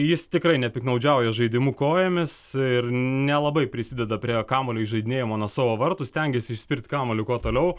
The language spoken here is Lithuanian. jis tikrai nepiktnaudžiauja žaidimu kojomis ir nelabai prisideda prie kamuolio įžaidinėjimo nuo savo vartų stengiasi išspirt kamuolį kuo toliau